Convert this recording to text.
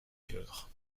cœur